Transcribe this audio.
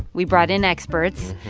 we brought in experts.